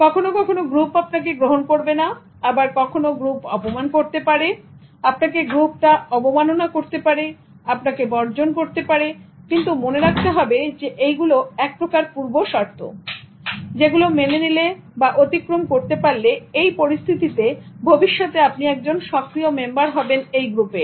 কখনো কখনো গ্রুপ আপনাকে গ্রহন করবে না আবার কখনো গ্রুপ অপমান করতে পারে আপনাকে গ্রুপটা অবমাননা করতে পারে আপনাকে বর্জন করতে পারে কিন্তু মনে রাখতে হবে যে এইগুলো একপ্রকার পূর্ব শর্ত যেগুলো মেনে নিলে বা অতিক্রম করতে পারলে এই পরিস্থিতিতে ভবিষ্যতে আপনি একজন সক্রিয় মেম্বার হবেন এই গ্রুপের